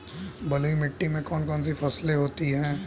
बलुई मिट्टी में कौन कौन सी फसल होती हैं?